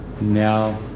Now